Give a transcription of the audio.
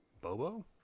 Bobo